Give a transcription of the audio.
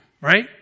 right